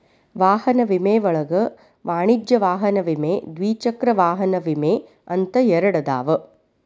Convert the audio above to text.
ವಾಹನ ವಿಮೆ ಒಳಗ ವಾಣಿಜ್ಯ ವಾಹನ ವಿಮೆ ದ್ವಿಚಕ್ರ ವಾಹನ ವಿಮೆ ಅಂತ ಎರಡದಾವ